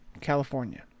California